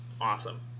awesome